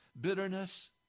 Bitterness